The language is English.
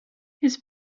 his